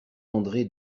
andré